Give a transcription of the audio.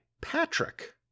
Patrick